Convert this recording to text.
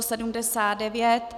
79.